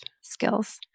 skills